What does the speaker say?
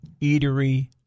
eatery